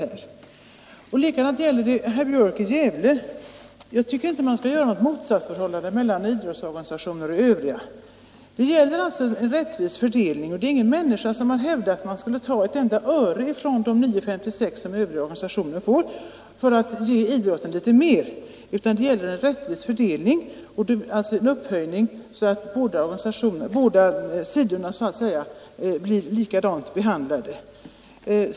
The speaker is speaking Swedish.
Samma sak gäller herr Björk i Gävle. Jag tycker inte att man skall göra ett motsatsförhållande mellan idrottsorganisationer och övriga organisationer. Det gäller att åstadkomma en rättvis fördelning. Ingen människa har hävdat att man skulle ta ett enda öre från de 9:56 kr., som övriga organisationer får, för att ge idrotten litet mera. Det gäller att åstadkomma en rättvis fördelning så att alla blir likadant behandlade.